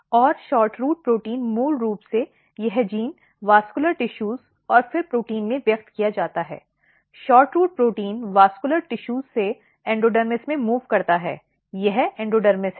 और SHORTROOT protein मूल रूप से यह जीन संवहनी ऊतकों और फिर प्रोटीन में व्यक्त किया जाता है SHORTROOT प्रोटीन संवहनी ऊतक से एंडोडर्मिस में मूव़ करता है यह एंडोडर्मिस है